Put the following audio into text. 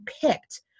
picked